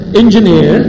engineer